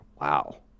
Wow